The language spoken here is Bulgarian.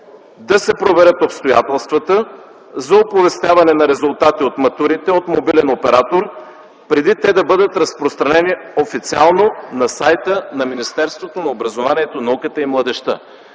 „Да се проверят обстоятелствата за оповестяване на резултати от матурите от мобилен оператор преди те да бъдат разпространени официално на сайта на Министерството на образованието, науката и младежта”.